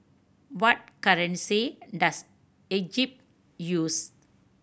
what currency does Egypt use